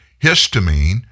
histamine